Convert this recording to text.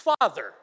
Father